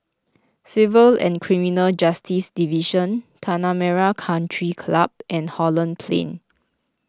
Civil and Criminal Justice Division Tanah Merah Country Club and Holland Plain